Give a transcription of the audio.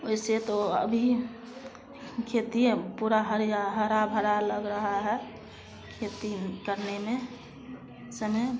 वैसे तो अभी खेती अब पूरा हरिया हरा भरा लग रहा है खेती करने में समय